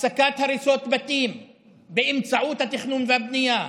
הפסקת הריסות בתים באמצעות התכנון והבנייה,